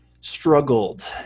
struggled